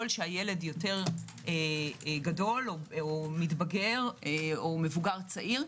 שהילד יותר גדול או מתבגר או מבוגר צעיר,